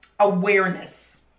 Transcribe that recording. Awareness